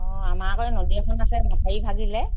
অঁ আমাৰ আকৌ এই নদী এখন আছে মথাউৰি ভাঙিলে